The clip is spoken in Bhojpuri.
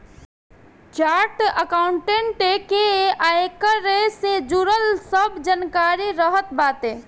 चार्टेड अकाउंटेंट के आयकर से जुड़ल सब जानकारी रहत बाटे